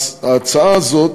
ההצעה הזאת,